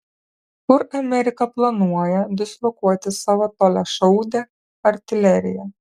kur amerika planuoja dislokuoti savo toliašaudę artileriją